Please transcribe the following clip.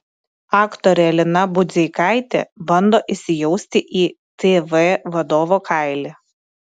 aktorė lina budzeikaitė bando įsijausti į tv vadovo kailį